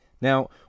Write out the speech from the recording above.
Now